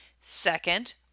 Second